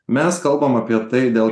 mes kalbam apie tai dėl